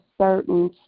certain